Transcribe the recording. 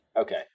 Okay